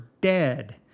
dead